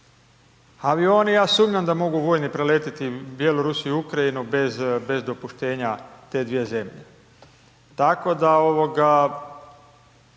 avioni, ja sumnjam da mogu vojni preletiti Bjelorusiju i Ukrajinu bez dopuštenja te dvije zemlje. Tako da meni